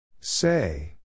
Say